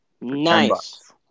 Nice